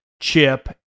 Chip